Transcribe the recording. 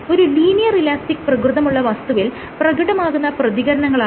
ഒരു linear elastic പ്രകൃതമുള്ള വസ്തുവിൽ പ്രകടമാകുന്ന പ്രതികരണങ്ങളാണിവ